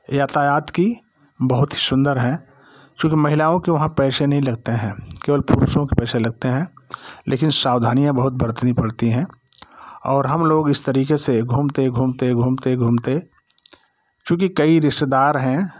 यातायात की बहुत सुन्दर है चूँकि महिलाओं का वहाँ पैसे नहीं लगते हैं केवल पुरुषों के पैसे लगते हैं लेकिन सावधानियाँ बहुत बरतनी पड़ती हैं और हम लोग इस तरीके से घुमते घूमते घूमते घूमते चूँकि कई रिश्तेदार हैं